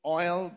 oil